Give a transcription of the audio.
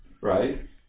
right